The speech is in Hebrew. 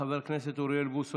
של חבר הכנסת אוריאל בוסו,